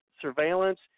surveillance